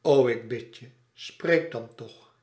o ik bid je spreek dan toch